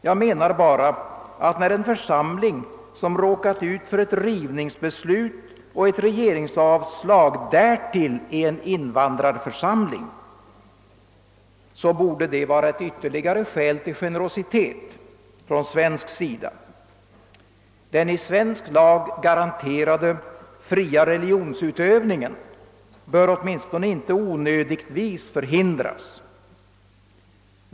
Jag menar bara att när en församling som därtill är en invandrarförsamling råkat ut för denna investeringsavgift, så borde det varit ett ytterligare skäl till generositet från svensk sida vid ett regeringsbeslut om en dispensansökan. Den i svensk lag garanterade fria religionsutövningen bör åtminstone inte onödigtvis förhindras.